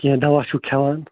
کیٚنٛہہ دَوا چھُو کھٮ۪وان